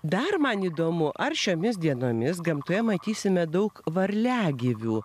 dar man įdomu ar šiomis dienomis gamtoje matysime daug varliagyvių